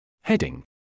Heading